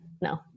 No